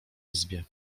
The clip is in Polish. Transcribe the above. izbie